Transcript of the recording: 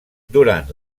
durant